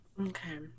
Okay